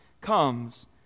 comes